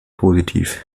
positiv